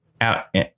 Out